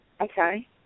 Okay